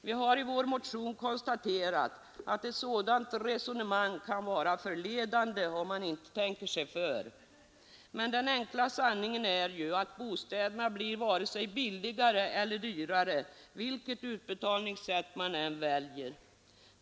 Vi har i vår motion konstaterat att ett sådant resonemang kan vara förledande, om man inte tänker sig för. Den enkla sanningen är ju att bostäderna blir varken billigare eller dyrare, oavsett vilket utbetalningssätt man väljer.